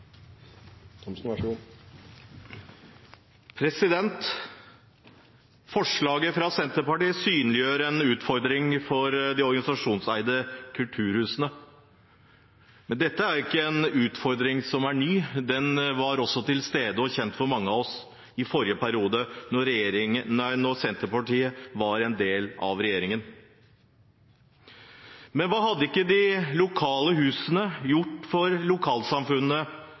ikke en utfordring som er ny. Den var også til stede og kjent for mange av oss i forrige periode, da Senterpartiet var en del av regjeringen. Hva har ikke de lokale husene gjort for lokalsamfunnene,